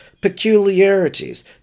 peculiarities